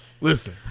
Listen